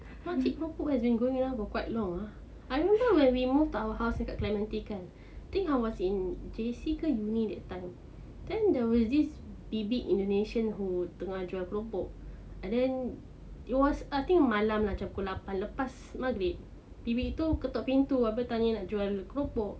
makcik keropok has been going around for quite long ah I don't know when we moved to our house dekat clementi kan think I was in J_C uni that time then there was this bibik indonesian who tengah jual keropok and then it was I think malam lah macam lapan lepas maghrib bibik tu ketuk pintu abeh tanya nak jual keropok